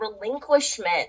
relinquishment